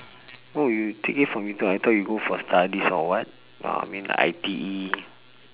oh you take it from youtube ah I thought you go for studies or what uh I mean I_T_E